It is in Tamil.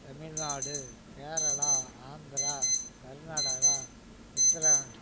தமிழ்நாடு கேரளா ஆந்திரா கர்நாடகா உத்ராகண்ட்